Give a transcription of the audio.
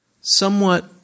Somewhat